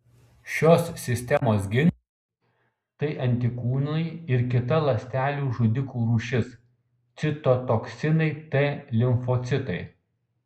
šios sistemos ginklai tai antikūnai ir kita ląstelių žudikių rūšis citotoksiniai t limfocitai